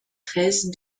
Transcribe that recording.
treize